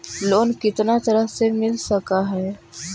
Loan कितना तरह से मिल सक है?